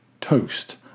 toast